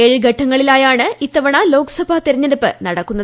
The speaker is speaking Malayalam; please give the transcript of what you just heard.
ഏഴ് ഘട്ടങ്ങളിലായാണ് ഇത്തവണ ലോക്സഭാ തെരഞ്ഞെടുപ്പ് നടക്കുന്നത്